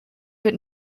wird